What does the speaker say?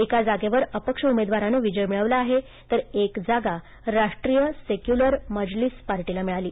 एका जागेवर अपक्ष उमेदवारानं विजय मिळवला आहे तर एक जागा राष्ट्रीय सेक्युलर मजलिस पार्टीला मिळाली